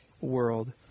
world